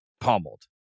pummeled